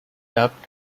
dubbed